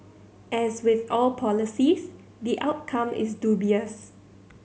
as with all policies the outcome is dubious